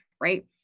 right